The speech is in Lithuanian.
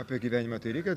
apie gyvenimą tai reikia